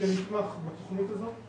שנתמך בתכנית הזאת,